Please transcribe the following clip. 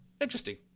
Interesting